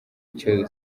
icyo